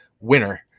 winner